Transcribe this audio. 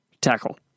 Tackle